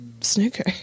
snooker